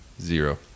Zero